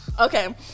Okay